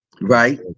right